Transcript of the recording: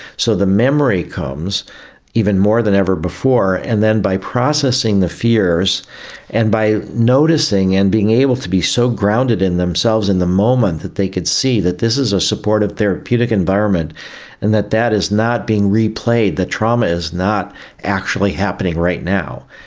so the memory comes even more than ever before. and then bioprocessing the fears and by noticing and being able to be so grounded in themselves in the moment that they could see that this is a supportive therapeutic environment and that that is not being replayed, the trauma is not actually happening right now.